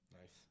Nice